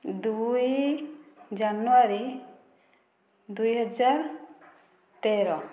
ଦୁଇ ଜାନୁଆରୀ ଦୁଇହଜାର ତେର